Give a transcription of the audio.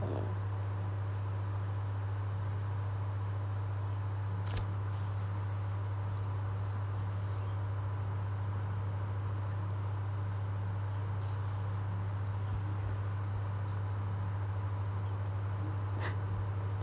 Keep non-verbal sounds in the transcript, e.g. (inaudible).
mm (laughs)